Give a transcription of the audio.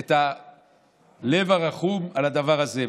את הלב הרחום על הדבר הזה.